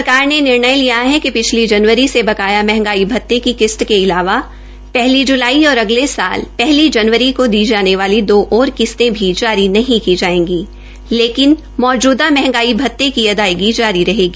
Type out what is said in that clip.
सरकार ने निर्णय लिया है कि पिछली जनवरी से बकाया मंहगाई भते की किस्त् के अलावा पहली जुलाई और अगले सात पहली जनवरी को दी जाने दो और किस्ते भी जारी नहीं की जायेगी लेकिन मौजूदा मंहगाई भते की अदायगी जारी रहेग